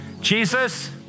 Jesus